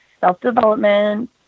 self-development